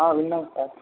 విన్నాం సార్